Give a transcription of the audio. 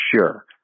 sure